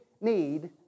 need